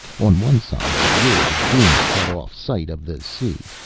on one side a ridge of dunes cut off sight of the sea,